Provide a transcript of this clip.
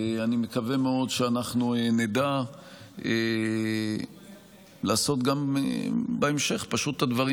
אני מקווה מאוד שאנחנו נדע לעשות גם בהמשך את הדברים